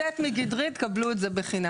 עברייני הבנייה בישראל מתחלקים לשניים.